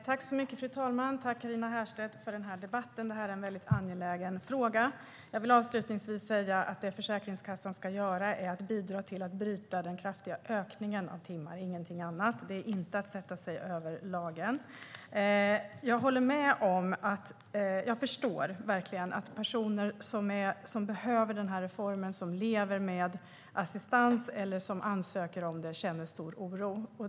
Fru talman! Tack, Carina Herrstedt, för den här debatten om en väldigt angelägen fråga! Jag vill avslutningsvis säga att det Försäkringskassan ska göra är att bidra till att bryta den kraftiga ökningen av timmar, ingenting annat. Det är inte att sätta sig över lagen. Jag förstår verkligen att personer som behöver den här reformen, som lever med assistans eller som ansöker om det, känner stor oro.